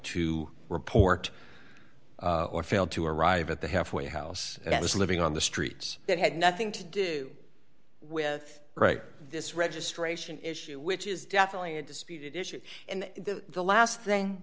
to report or failed to arrive at the halfway house that was living on the streets that had nothing to do with right this registration issue which is definitely a disputed issue and the last thing